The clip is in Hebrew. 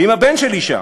ואם הבן שלי שם,